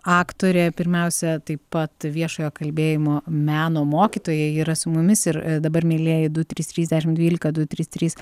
aktorė pirmiausia taip pat viešojo kalbėjimo meno mokytoja ji yra su mumis ir dabar mielieji du trys trys dešim dvylika du trys trys